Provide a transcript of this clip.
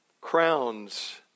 crowns